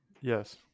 Yes